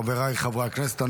חבריי חברי הכנסת,